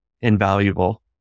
invaluable